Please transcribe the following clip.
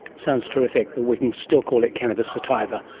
sounds terrific, but we can still call it cannabis sativa.